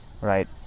right